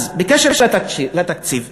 אז בקשר לתקציב,